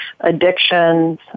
addictions